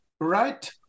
right